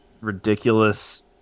ridiculous